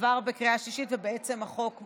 החוק עבר בקריאה שלישית ובעצם החוק אושר.